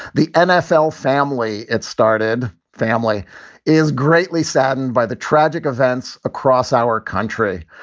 the nfl family. it started. family is greatly saddened by the tragic events across our country.